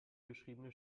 beschriebene